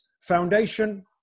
Foundation